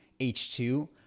H2